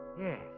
Yes